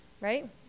right